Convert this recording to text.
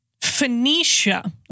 Phoenicia